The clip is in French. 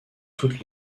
toutes